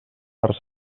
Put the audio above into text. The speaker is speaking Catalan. per